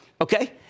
Okay